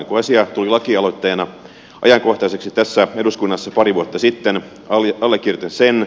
kun asia tuli lakialoitteena ajankohtaiseksi tässä eduskunnassa pari vuotta sitten allekirjoitin sen